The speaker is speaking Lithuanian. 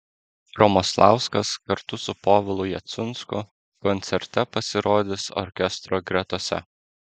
romoslauskas kartu su povilu jacunsku koncerte pasirodys orkestro gretose